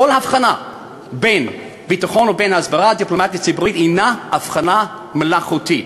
כל הבחנה בין ביטחון ובין הסברה ודיפלומטיה ציבורית היא הבחנה מלאכותית.